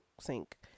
sink